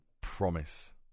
promise